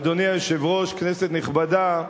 אדוני היושב-ראש, כנסת נכבדה,